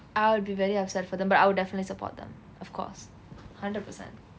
I'll be very upset for them but I'll definitely support them of course hundred percent